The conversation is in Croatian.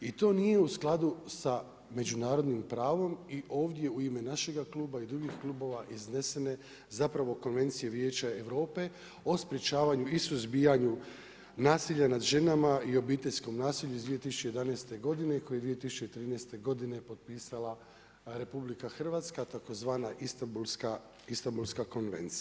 I to nije u skladu sa međunarodnim pravom i ovdje u ime našega kluba i drugih klubova iznesene zapravo Konvencije Vijeća Europe o sprječavanju i suzbijanju nasilja nad ženama i obiteljskom nasilju iz 2011. godine i koji je 2013. godine potpisala RH tzv. Istambulska konvencija.